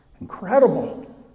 Incredible